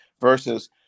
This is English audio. versus